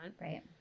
Right